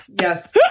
yes